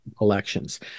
Elections